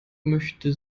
möchte